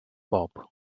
bob